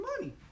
money